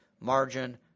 margin